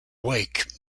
wake